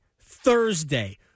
Thursday